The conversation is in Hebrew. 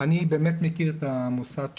אני באמת מכיר את המוסד,